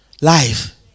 life